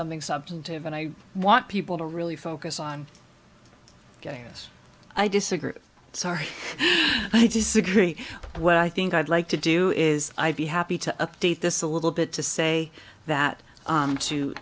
something substantive and i want people to really focus on getting this i disagree sorry i disagree what i think i'd like to do is i'd be happy to update this a little bit to say that